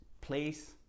place